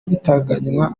igitaraganya